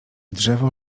drzewo